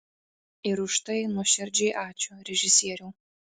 ir už tai nuoširdžiai ačiū režisieriau